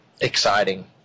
exciting